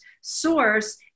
source